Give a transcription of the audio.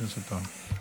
חבר הכנסת טאהא.